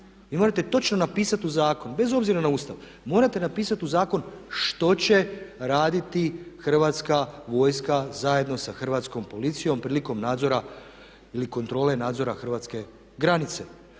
Vi morate točno napisati u zakon, bez obzira na Ustav, morate napisati u zakon što će raditi Hrvatska vojska zajedno sa hrvatskom policijom prilikom nadzora ili kontrole nadzora hrvatske granice.